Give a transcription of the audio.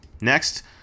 next